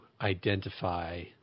identify